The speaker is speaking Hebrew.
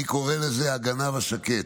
אני קורא לזה "הגנב השקט"